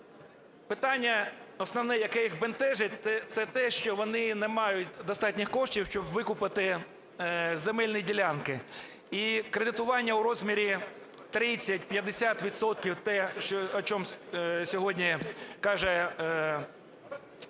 Питання основне, яке їх бентежить, це те, що вони не мають достатньо коштів, щоб викупити земельні ділянки. І кредитування у розмірі 30-50 відсотків, те, що о чем сьогодні каже наше